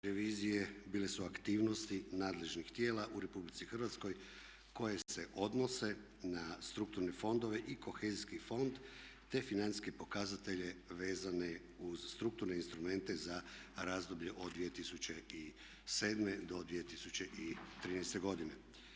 revizije bile su aktivnosti nadležnih tijela u RH koje se odnose na strukturne fondove i kohezijski fond, te financijske pokazatelje vezane uz strukturne instrumente za razdoblje od 2007. do 2013. godine.